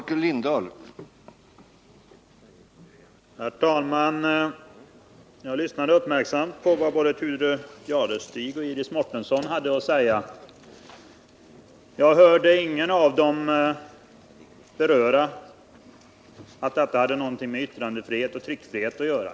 Herr talman! Jag lyssnade uppmärksamt till vad Thure Jadestig och Iris Mårtensson hade att säga. Jag hörde ingen av dem beröra att detta hade någonting med yttrandefrihet och tryckfrihet att göra.